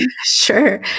Sure